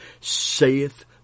saith